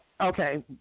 Okay